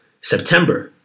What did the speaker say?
September